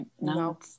no